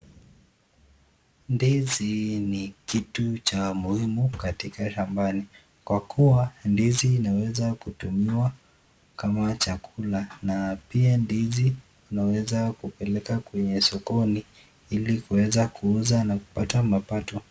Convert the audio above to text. Ndizi ni kitu cha muhimu katika shambani kwa kuwa ndizi inaweza kutumiwa kama chakula na pia ndizi inaweza kupelekwa kwenye sokoni ili kuweza kuuza na kupata mapato.